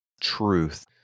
truth